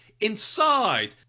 inside